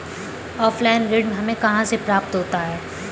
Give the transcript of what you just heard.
Offline ऋण हमें कहां से प्राप्त होता है?